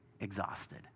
exhausted